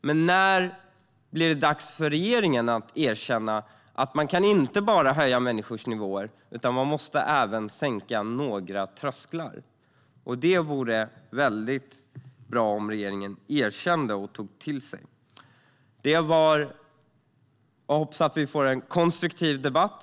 Men när tänker regeringen erkänna att man inte bara kan höja människors nivåer utan också måste sänka trösklar? Det vore bra om regeringen erkände det och tog det till sig. Jag hoppas att vi får en konstruktiv debatt.